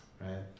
Right